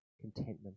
contentment